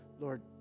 Lord